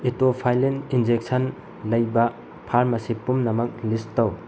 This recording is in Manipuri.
ꯏꯇꯣꯐꯥꯏꯂꯤꯟ ꯏꯟꯖꯦꯛꯁꯟ ꯂꯩꯕ ꯐꯥꯔꯃꯥꯁꯤ ꯄꯨꯝꯅꯃꯛ ꯂꯤꯁ ꯇꯧ